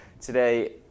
today